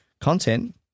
content